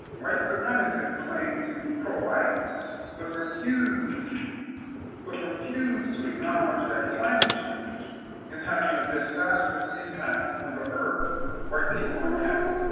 white supremacists claim to be pro white but but refuse to acknowledge that climate change is having a disastrous impact on the earth white people inhabit.